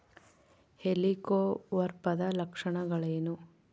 ಹೆಲಿಕೋವರ್ಪದ ಲಕ್ಷಣಗಳೇನು?